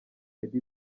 eddy